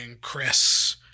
Chris